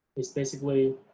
it's basically,